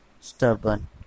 stubborn